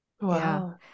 Wow